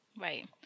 Right